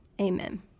amen